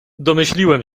domyśliłem